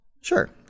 Sure